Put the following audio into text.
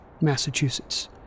Massachusetts